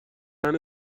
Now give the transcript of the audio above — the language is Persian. عنوان